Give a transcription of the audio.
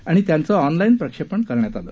आणि त्याचं ऑनलाईन प्रक्षेपण करण्यात आलं